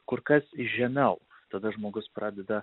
kur kas žemiau tada žmogus pradeda